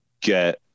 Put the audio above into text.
get